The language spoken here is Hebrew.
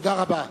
תודה רבה.